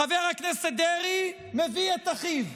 חבר הכנסת דרעי מביא את אחיו,